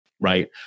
right